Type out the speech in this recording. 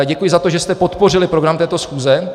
Děkuji za to, že jste podpořili program této schůze.